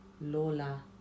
Lola